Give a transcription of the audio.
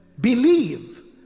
believe